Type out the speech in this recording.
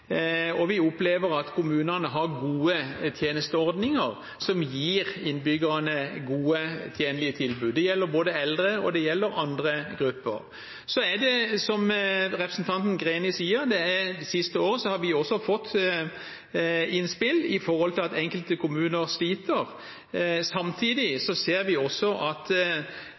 og vi opplever at kommunene har gode tjenesteordninger som gir innbyggerne gode, tjenlige tilbud. Det gjelder både eldre og andre grupper. Så er det slik, som representanten Greni sier, at det siste året har vi også fått innspill på grunn av at enkelte kommuner sliter. Samtidig ser vi at